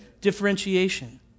differentiation